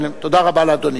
תודה רבה לאדוני.